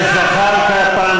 אתה משקר, אתה משקר.